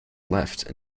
left